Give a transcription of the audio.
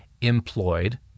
employed